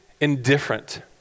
indifferent